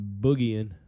boogieing